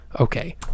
okay